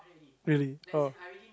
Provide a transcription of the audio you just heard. really oh